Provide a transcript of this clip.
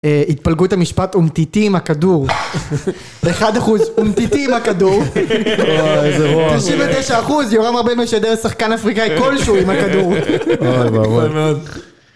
התפלגות המשפט אומתיתי עם הכדור. 1 אחוז, אומתיתי עם הכדור. וואי, איזה רוח. 99 אחוז, יורם ארבל משדר, שחקן אפריקאי, כלשהו עם הכדור. כל הכבוד.